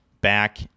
back